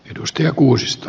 arvoisa puhemies